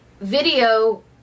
video